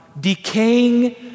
decaying